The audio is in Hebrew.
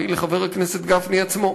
והיא לחבר הכנסת גפני עצמו,